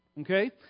Okay